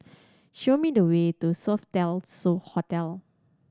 show me the way to Sofitel So Hotel